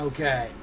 Okay